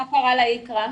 מה קרה ליתרה?